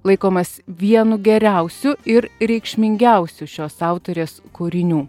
laikomas vienu geriausių ir reikšmingiausių šios autorės kūrinių